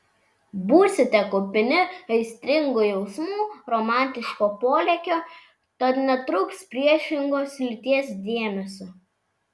būsite kupini aistringų jausmų romantiško polėkio tad netrūks priešingos lyties dėmesio